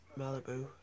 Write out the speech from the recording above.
Malibu